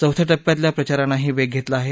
चौथ्या टप्प्यातल्या प्रचारानंही वेग घेतला आहे